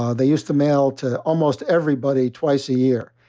ah they used to mail to almost everybody twice a year.